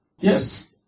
yes